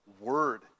word